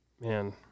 man